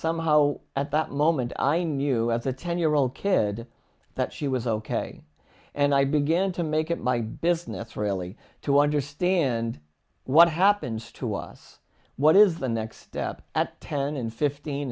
somehow at that moment i knew that the ten year old kid that she was ok and i began to make it my business really to understand what happens to us what is the next step at ten and fifteen